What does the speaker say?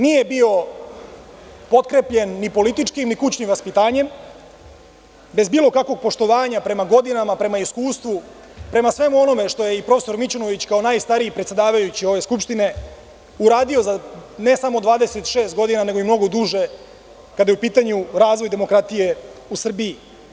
Nije bio potkrepljen ni politički, ni kućnim vaspitanjem, bez bilo kakvog poštovanja prema godinama, prema iskustvu, prema svemu onome što je i profesor Mićunović kao najstariji predsedavajući ove Skupštine uradio za ne samo 26 godina, nego i mnogo duže, kada je u pitanju razvoj demokratije u Srbiji.